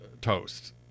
toast